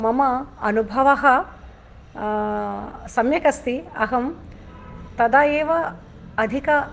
मम अनुभवः सम्यगस्ति अहं तदा एव अधिक